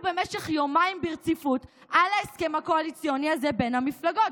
במשך יומיים ברציפות על ההסכם הקואליציוני הזה בין המפלגות.